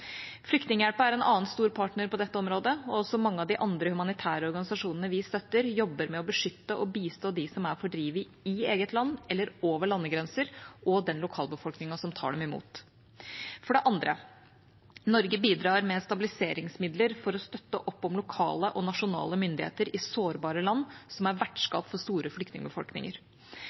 er en annen stor partner på dette området, og også mange av de andre humanitære organisasjonene vi støtter, jobber med å beskytte og bistå dem som er fordrevne i eget land eller over landegrensen, og den lokalbefolkningen som tar imot dem. For det andre: Norge bidrar med stabiliseringsmidler for å støtte opp om lokale og nasjonale myndigheter i sårbare land som er vertskap for store flyktningbefolkninger.